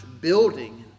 building